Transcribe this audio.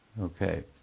Okay